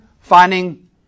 finding